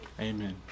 Amen